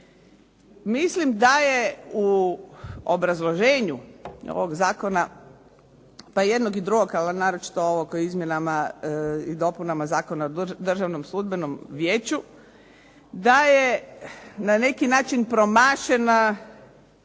Mislim da je u obrazloženju ovog zakona, pa i jednog i drugog, ali naročito ovog o izmjenama i dopunama Zakona o Državnom sudbenom vijeću, da je na neki način promašeno